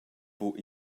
buc